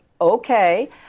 Okay